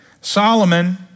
Solomon